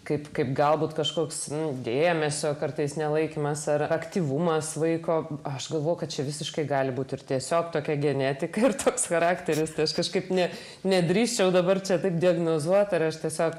kaip kaip galbūt kažkoks dėmesio kartais nelaikymas ar aktyvumas vaiko aš galvoju kad čia visiškai gali būti ir tiesiog tokia genetika ir toks charakteris tas kažkaip ne nedrįsčiau dabar čia taip diagnozuoti ar aš tiesiog